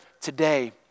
today